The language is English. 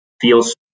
Feels